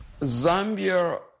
Zambia